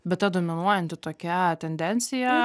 bet ta dominuojanti tokia tendencija